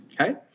Okay